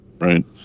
Right